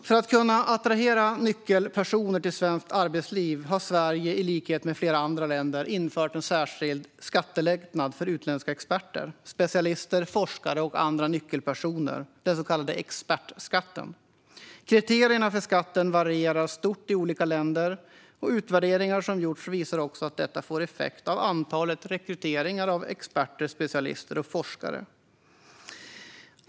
För att kunna attrahera nyckelpersoner till svenskt arbetsliv har Sverige, i likhet med flera andra länder, infört en särskild skattelättnad för utländska experter, specialister, forskare och andra nyckelpersoner, den så kallade expertskatten. Kriterierna för skatten varierar stort i olika länder. Utvärderingar som gjorts visar att detta får effekt på antalet rekryteringar av experter, specialister och forskare.